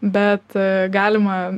bet galima